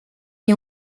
mis